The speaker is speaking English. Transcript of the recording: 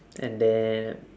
and then